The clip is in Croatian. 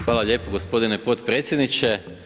Hvala lijepo gospodine potpredsjedniče.